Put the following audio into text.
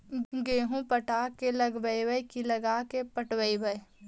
गेहूं पटा के लगइबै की लगा के पटइबै?